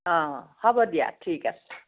অ' হ'ব দিয়া ঠিক আছে